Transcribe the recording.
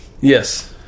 yes